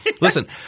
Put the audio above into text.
listen